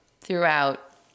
throughout